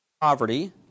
poverty